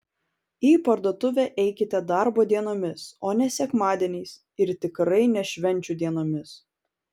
į parduotuvę eikite darbo dienomis o ne sekmadieniais ir tikrai ne švenčių dienomis